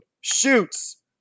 shoots